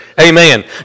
Amen